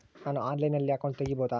ನಾನು ಆನ್ಲೈನಲ್ಲಿ ಅಕೌಂಟ್ ತೆಗಿಬಹುದಾ?